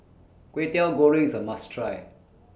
Kway Teow Goreng IS A must Try